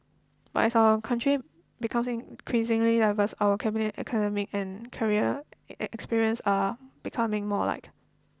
but as our country becomes increasingly diverse our cabinet's academic and career experiences are becoming more alike